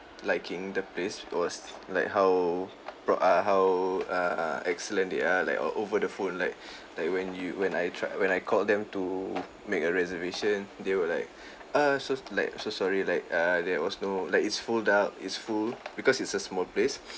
liking the place was like how pro~ uh how err excellent they are like o~ over the phone like like when you when I tried when I called them to make a reservation they were like uh so like so sorry like uh there was no like it's fulled out it's full because it's a small place